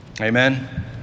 Amen